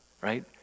right